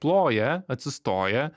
ploja atsistoję